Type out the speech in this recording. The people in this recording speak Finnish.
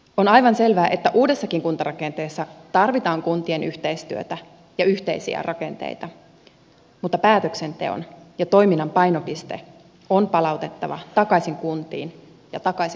on aivan selvää että uudessakin kuntarakenteessa tarvitaan kuntien yhteistyötä ja yhteisiä rakenteita mutta päätöksenteon ja toiminnan painopiste on palautettava takaisin kuntiin ja takaisin kuntalaisille